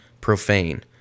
profane